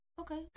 okay